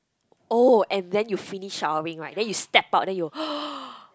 oh and then you finish showering right then you step out then you'll